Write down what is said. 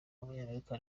w’umunyamerika